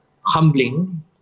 humbling